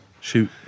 Shoot